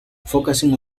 focusing